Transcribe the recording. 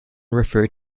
referred